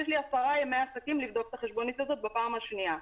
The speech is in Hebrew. יש לי 10 ימי עסקים לבדוק את החשבונית הזאת בפעם השניה.